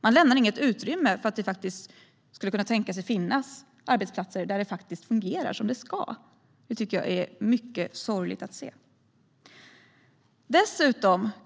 Det lämnas inget utrymme för att det faktiskt kan finnas arbetsplatser där det fungerar som det ska. Det tycker jag är mycket sorgligt att se.